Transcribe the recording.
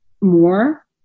more